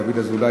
דוד אזולאי,